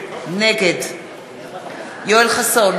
נגד יואל חסון,